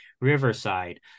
Riverside